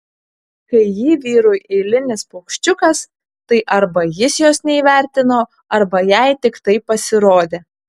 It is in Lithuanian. kai ji vyrui eilinis paukščiukas tai arba jis jos neįvertino arba jai tik taip pasirodė